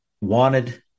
wanted